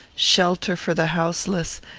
shelter for the houseless,